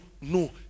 no